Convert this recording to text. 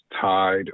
tied